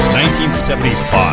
1975